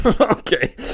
Okay